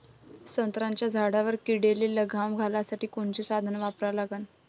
संत्र्याच्या झाडावर किडीले लगाम घालासाठी कोनचे साधनं वापरा लागन?